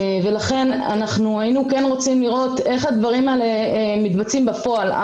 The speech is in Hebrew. לכן אנחנו היינו כן רוצים לראות איך הדברים האלה מתבצעים בפועל.